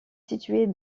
située